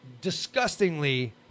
disgustingly